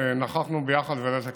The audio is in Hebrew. נכחנו יחד בוועדת הכספים.